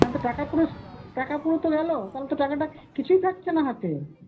তাহলে তো টাকা পুরো টাকা পুরো তো গেল তাহলে টাকাটা কিছুই থাকছে না হাতে